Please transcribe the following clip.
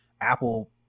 Apple